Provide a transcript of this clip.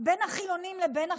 בין החילונים לבין החרדים,